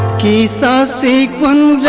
soesob one